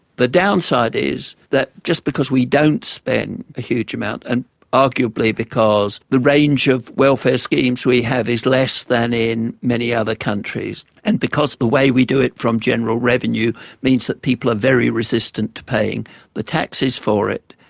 the downside is that just because we don't spend a huge amount, and arguably because the range of welfare schemes we have is less than in many other countries, and because the way we do it from general revenue means that people are very resistant to paying the taxes for it,